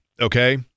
okay